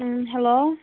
hello